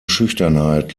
schüchternheit